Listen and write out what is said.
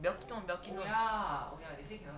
belkin belkin